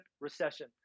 recession